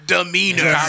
Demeanor